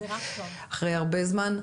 אחרי הרבה זמן.